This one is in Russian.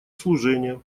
служение